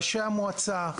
ראשי המועצה,